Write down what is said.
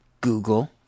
Google